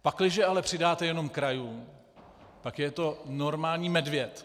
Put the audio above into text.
Pakliže ale přidáte jenom krajům, tak je to normální medvěd.